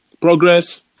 progress